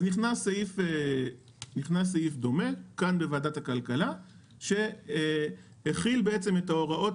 נכנס סעיף דומה כאן בוועדת הכלכלה שהחיל את ההוראות